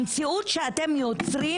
המציאות שאתם יוצרים הזויה.